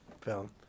film